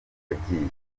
yagiye